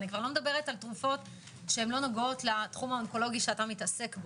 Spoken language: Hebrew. אני כבר לא מדברת על תרופות שלא נוגעות לתחום האונקולוגי שאתה מתעסק בו?